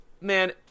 man